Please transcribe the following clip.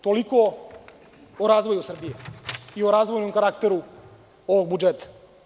Toliko o razvoju Srbije i o razvojnom karakteru ovog budžeta.